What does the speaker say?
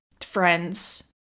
friend's